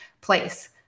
place